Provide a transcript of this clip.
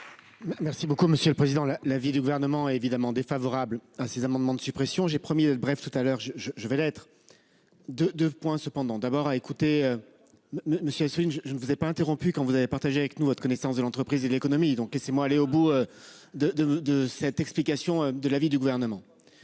merci beaucoup monsieur le président, là l'avis du gouvernement évidemment défavorable à ces amendements de suppression j'ai premier bref tout à l'heure je je je vais l'être. De 2 cependant d'abord à écouter. Monsieur Assouline. Je ne vous ai pas interrompu. Quand vous avez partagé avec nous votre connaissance de l'entreprise et de l'économie donc et c'est moi, aller au bout. De de de cette explication. De l'avis du gouvernement.